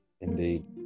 Indeed